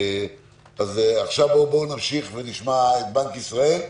נשמע את בנק ישראל.